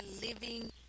living